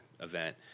event